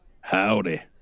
Howdy